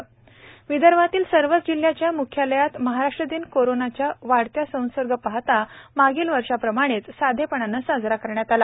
विदर्भ महाराष्ट्र दिन विदर्भातील सर्वच जिल्ह्याच्या म्ख्यालयात महाराष्ट्र दिन करोनाच्या वाढत्या संसर्ग पाहता मागील वर्षाप्रमाणेच साधेपणाने साजरा करण्यात आला